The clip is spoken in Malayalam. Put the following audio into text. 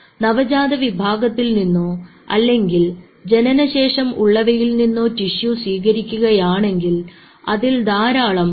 നവജാത വിഭാഗത്തിൽ നിന്നോ അല്ലെങ്കിൽ ജനനശേഷം ഉള്ളവയിൽ നിന്നോ ടിഷ്യു സ്വീകരിക്കുകയാണെങ്കിൽ അതിൽ ധാരാളം ഫൈബ്രോബ്ലാസ്റ് ഉണ്ടായിരിക്കും